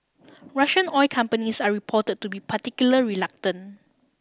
Russian oil companies are reported to be particularly reluctant